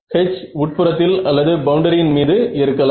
H உட்புறத்தில் அல்லது பவுண்டரியின் மீது இருக்கலாம்